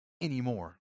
anymore